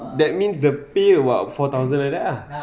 that means the pay about four thousand like that lah